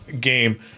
game